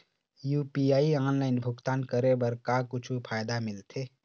UPI online भुगतान करे बर का कुछू फायदा मिलथे?